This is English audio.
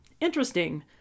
interesting